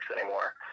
anymore